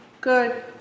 good